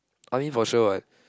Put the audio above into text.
I mean for sure what